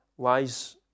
lies